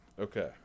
Okay